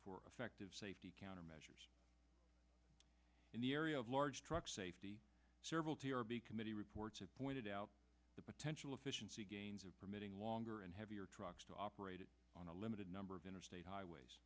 for affective safety countermeasures in the area of large truck safety serval t r b committee reports have pointed out the potential efficiency gains of permitting longer and heavier trucks to operate on a limited number of interstate highways